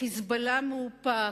"חיזבאללה" מאופק,